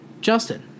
Justin